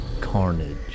carnage